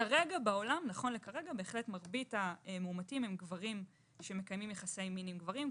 כרגע בעולם מרבית המאומתים הם גברים שמקיימים יחסי מין עם גברים,